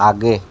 आगे